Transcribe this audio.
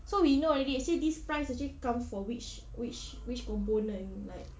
so we know already actually this price actually come for which which which component like